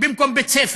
במקום בית-ספר,